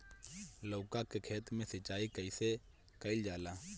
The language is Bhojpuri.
लउका के खेत मे सिचाई कईसे कइल जाला?